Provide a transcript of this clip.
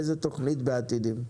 איזו תכנית בעתידים?